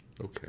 Okay